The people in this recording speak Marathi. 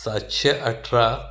सातशे अठरा